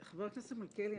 חבר הכנסת מלכיאלי,